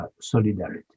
solidarity